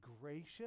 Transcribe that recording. gracious